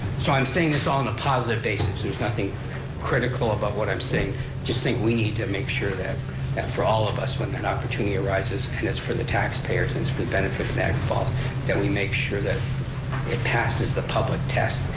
so i'm saying this all on a positive basis, there's nothing critical about what i'm saying. i just think we need to make sure that, that for all of us when that opportunity arises, and it's for the taxpayers and it's for the benefit of niagara falls that we make sure that it passes the public test,